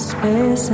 Space